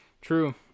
true